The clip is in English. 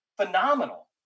phenomenal